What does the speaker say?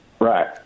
Right